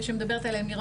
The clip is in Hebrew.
שמדברת עליו לירון